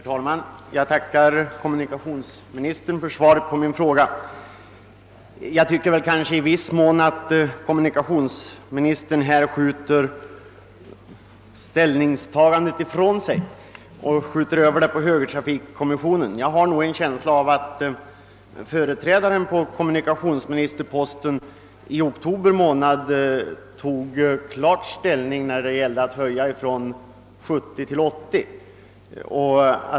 Herr talman! Jag tackar kommunikationsministern för svaret på min fråga. Jag tycker kanske att kommunikationsministern i viss mån skjuter ställningstagandet ifrån sig och lägger över det på högertrafikkommissionen. Jag har en känsla av att företrädaren på kommunikationsministerposten i oktober månad klart tog ställning när det gällde att höja hastighetsgränsen från 70 till 80 km.